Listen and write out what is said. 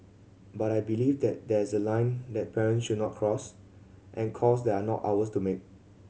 but I believe that there is a line that parents should not cross and calls they are not ours to make